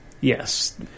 Yes